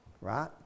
right